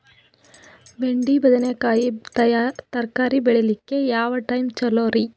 ಬೆಂಡಿ ಬದನೆಕಾಯಿ ತರಕಾರಿ ಬೇಳಿಲಿಕ್ಕೆ ಯಾವ ಟೈಮ್ ಚಲೋರಿ?